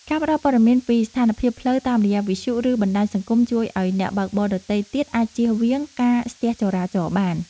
ការផ្ដល់ព័ត៌មានពីស្ថានភាពផ្លូវតាមរយៈវិទ្យុ ឬបណ្ដាញសង្គមជួយឱ្យអ្នកបើកបរដទៃទៀតអាចជៀសវាងការស្ទះចរាចរណ៍បាន។